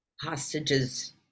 hostages